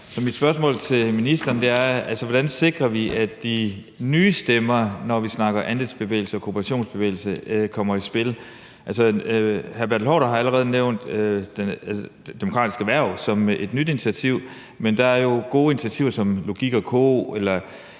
mit spørgsmål til ministeren er: Hvordan sikrer vi, at de nye stemmer, når vi snakker andelsbevægelse og kooperationsbevægelse, kommer i spil? Hr. Bertel Haarder har jo allerede nævnt Demokratisk Erhverv som et nyt initiativ, men der er jo også gode initiativer som Logik & Co.